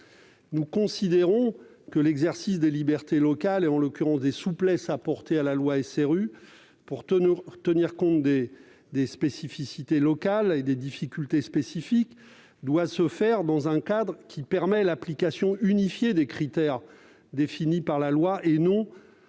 nous considérons que l'exercice des libertés locales, en l'occurrence des souplesses apportées à la loi SRU pour tenir compte des particularismes locaux et des difficultés spécifiques, doit se faire dans un cadre permettant une application unifiée des critères définis par la loi.